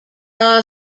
are